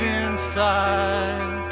inside